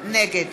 נגד